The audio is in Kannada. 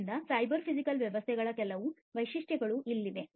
ಆದ್ದರಿಂದ ಸೈಬರ್ ಫಿಸಿಕಲ್ ವ್ಯವಸ್ಥೆಗಳ ಕೆಲವು ವೈಶಿಷ್ಟ್ಯಗಳು ಇಲ್ಲಿವೆ